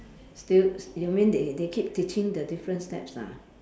still you mean they they keep teaching the different steps lah